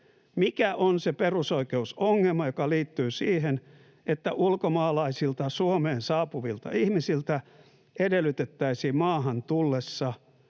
Mikä on se perusoikeusongelma, joka liittyy siihen, että ulkomaalaisilta Suomeen saapuvilta ihmisiltä edellytettäisiin maahan tullessa